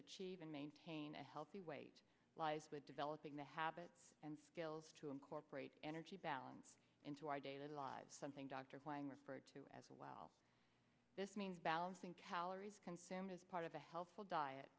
achieve and maintain a healthy weight lies with developing the habit and skills to incorporate energy balance into our daily lives something dr wang referred to as well this means balancing calories consumed as part of a healthful diet